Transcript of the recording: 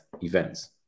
events